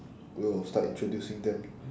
we will start introducing them